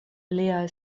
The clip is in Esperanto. liaj